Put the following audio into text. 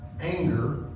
anger